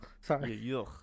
Sorry